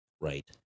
right